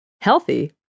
healthy